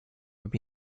would